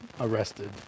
arrested